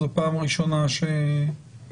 זאת פעם ראשונה שיוצאים.